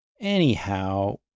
Anyhow